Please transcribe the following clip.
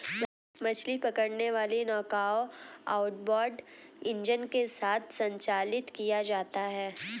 मछली पकड़ने वाली नौकाओं आउटबोर्ड इंजन के साथ संचालित किया जाता है